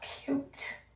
cute